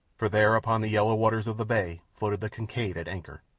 for there, upon the yellow waters of the bay, floated the kincaid at anchor.